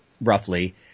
roughly